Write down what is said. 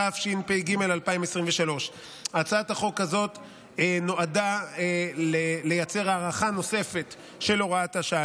התשפ"ג 2023. הצעת החוק הזאת נועדה לייצר הארכה נוספת של הוראת השעה.